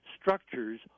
structures